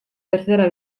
tercera